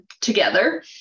together